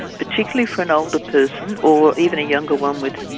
particularly for an older person or even a younger one with,